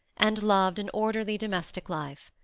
and loved an orderly domestic life.